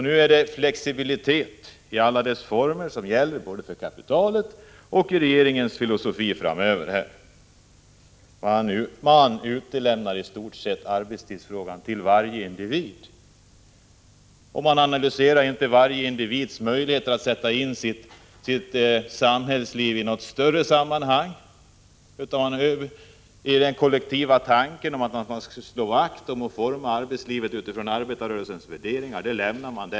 Nu är det således flexibilitet i alla dess former som gäller både för kapitalet och i regeringens filosofi nu och framöver. Man utlämnar i stort sett arbetstidsfrågan till varje individ. Man analyserar inte varje individs möjligheter att sätta in sitt samhällsliv i något större sammanhang. Därmed lämnar man den kollektiva tanken att man skall slå vakt om och forma arbetslivet utifrån arbetarrörelsens värderingar.